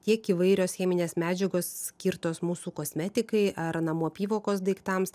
tiek įvairios cheminės medžiagos skirtos mūsų kosmetikai ar namų apyvokos daiktams